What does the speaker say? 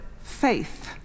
faith